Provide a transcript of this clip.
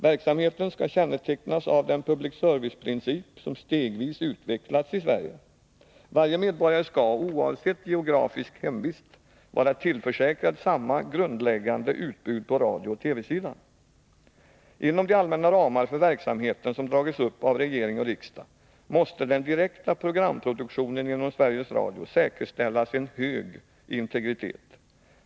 Verksamheten skall kännetecknas av den public service-princip som stegvis utvecklats i Sverige. Varje medborgare skall, oavsett geografisk hemvist, vara tillförsäkrad samma grundläggande Inom de allmänna ramar för verksamheten som har dragits upp av regering och riksdag måste den direkta programproduktionen inom Sveriges Radio säkerställas en hög integritet.